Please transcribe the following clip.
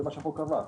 זה מה שהחוק קבע.